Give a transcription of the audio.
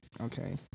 okay